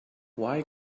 why